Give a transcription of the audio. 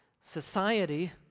society